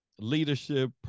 leadership